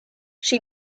she